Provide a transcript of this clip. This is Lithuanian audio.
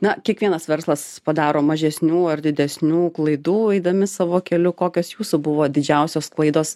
na kiekvienas verslas padaro mažesnių ar didesnių klaidų eidami savo keliu kokios jūsų buvo didžiausios klaidos